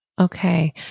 Okay